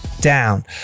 down